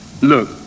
Look